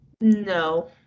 no